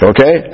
Okay